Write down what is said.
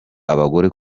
abagore